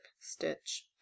stitch